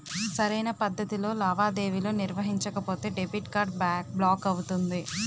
సరైన పద్ధతిలో లావాదేవీలు నిర్వహించకపోతే డెబిట్ కార్డ్ బ్లాక్ అవుతుంది